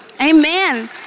Amen